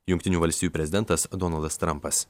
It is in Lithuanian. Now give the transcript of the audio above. jungtinių valstijų prezidentas donaldas trampas